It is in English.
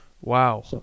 Wow